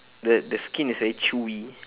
the the skin is very chewy